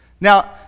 Now